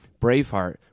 Braveheart